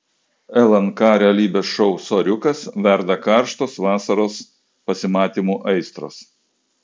lnk realybės šou soriukas verda karštos vasaros pasimatymų aistros